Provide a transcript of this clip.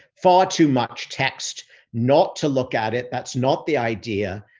far too much text not to look at it. that's not the idea.